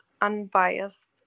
unbiased